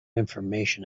information